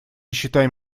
считаем